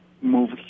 move